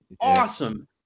awesome